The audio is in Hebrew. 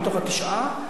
מתוך התשעה,